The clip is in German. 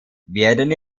werden